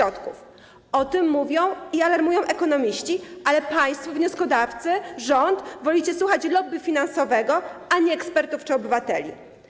O tym mówią i alarmują ekonomiści, ale państwo, czyli wnioskodawcy i rząd, wolicie słuchać lobby finansowego, a nie ekspertów czy obywateli.